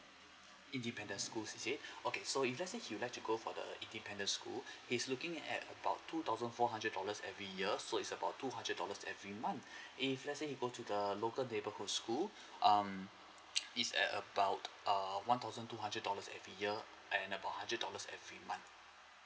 independent school is it okay so if let's say he would like to go for the independent school he's looking at about two thousand four hundred dollars every year so it's about two hundred dollars every month if let's say he go to the local neighborhood school um it's at about err one thousand two hundred dollars every year and about hundred dollars every month